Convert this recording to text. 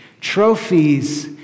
Trophies